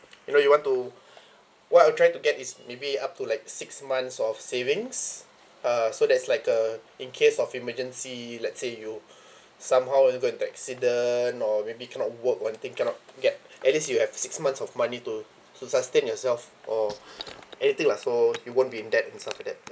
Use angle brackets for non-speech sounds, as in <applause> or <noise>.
you know you want to what I'm trying to get is maybe up to like six months of savings uh so that's like uh in case of emergency let's say you <breath> somehow you got into accident or maybe cannot work one thing cannot get at least you have six months of money to to sustain yourself or <breath> anything lah so you won't be in debt and suffer that ya